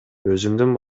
өзүмдүн